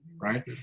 right